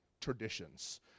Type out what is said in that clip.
traditions